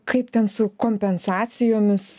kaip ten su kompensacijomis